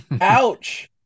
Ouch